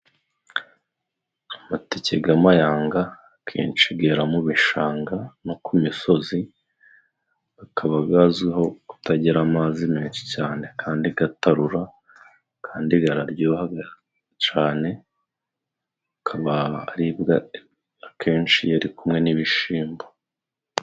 Amatake g' amayanga akenshi gera mu bishanga no ku misozi. Gagaba gazwiho kutagira amazi menshi cyane kandi gatarura, kandi gararyohaga cane, akaba aribwa akenshi iyo ari kumwe n'ibishimbo.